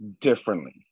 differently